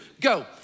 Go